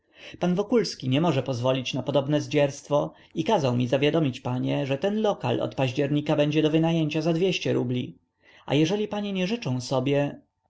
ulicy pan wokulski nie może pozwolić na podobne zdzierstwo i kazał mi zawiadomić panie że ten lokal od października będzie do wynajęcia za rubli a jeżeli panie nie życzą sobie